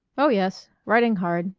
oh, yes. writing hard.